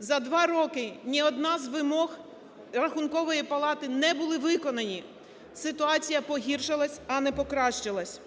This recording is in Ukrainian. За два роки ні одна з вимог Рахункової палати не були виконані. Ситуація погіршилась, а не покращилась.